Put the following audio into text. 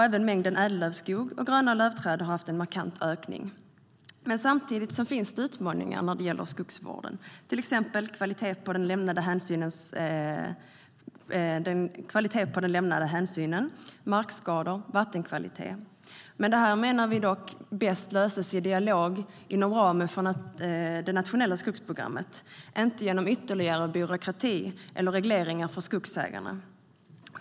Även mängden ädellövskog och gröna lövträd har ökat markant. Samtidigt finns det utmaningar i skogsvården, till exempel vad gäller kvaliteten på den lämnade hänsynen, markskador och vattenkvalitet. Detta menar vi löses bäst i dialog inom ramen för det nationella skogsprogrammet, inte genom ytterligare byråkrati eller regleringar för skogsägarna.